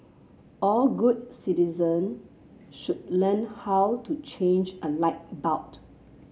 all good citizen should learn how to change a light bulb